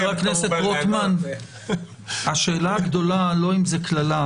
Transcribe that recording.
חבר הכנסת רוטמן, השאלה הגדולה לא אם זה קללה.